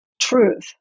truth